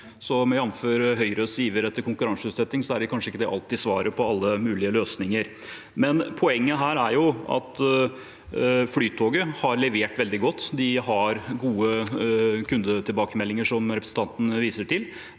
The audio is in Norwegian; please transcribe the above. og 2, jf. Høyres iver etter konkurranseutsetting, som kanskje ikke alltid er svaret på alt mulig. Poenget her er at Flytoget har levert veldig godt. De har gode kundetilbakemeldinger, slik representanten viser til.